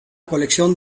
colección